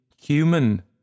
human